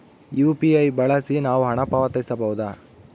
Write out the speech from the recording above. UPI ಬಳಸಿ ನಾವು ಹಣ ಪಾವತಿಸಬಹುದಾ?